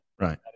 Right